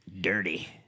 Dirty